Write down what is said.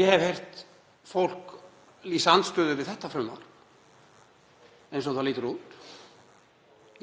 Ég hef heyrt fólk lýsa andstöðu við frumvarpið eins og það lítur út,